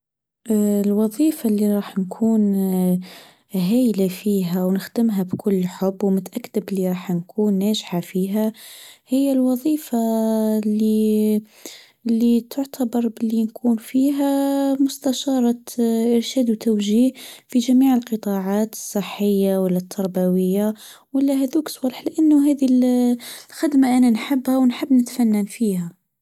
الوظيفه إللي راح نكون هايله فيها ونختمها بكل حب ومتاكده بلي راح نكون ناجحه فيها هي الوظيفه اللي تعتبر باللي نكون فيها مستشارة أرشاد وتوجيه في جميع القطاعات الصحيه ولا التربويه ولا هذوك الصوالح لانه هذي الخدمه أنا نحبها ونحب نتفنن فيها.